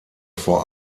vor